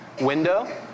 window